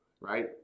right